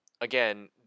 again